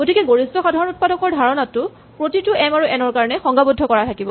গতিকে গৰিষ্ঠ সাধাৰণ উৎপাদকৰ ধাৰণাটো প্ৰতিটো এম আৰু এন ৰ কাৰণে সংজ্ঞাবদ্ধ কৰা থাকিব